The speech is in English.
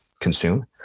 consume